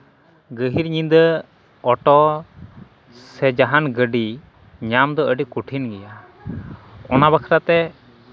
ᱜᱟᱹᱦᱤᱨ ᱧᱤᱫᱟᱹ ᱚᱴᱳ ᱥᱮ ᱡᱟᱦᱟᱱ ᱜᱟᱹᱰᱤ ᱧᱟᱢᱫᱚ ᱟᱹᱰᱤ ᱠᱚᱴᱷᱤᱱ ᱜᱮᱭᱟ ᱚᱱᱟ ᱵᱟᱠᱷᱨᱟ ᱛᱮ